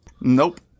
Nope